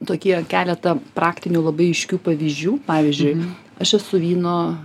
tokie keletą praktinių labai aiškių pavyzdžių pavyzdžiui aš esu vyno